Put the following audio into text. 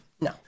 No